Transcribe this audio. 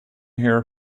here